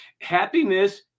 Happiness